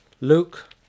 Luke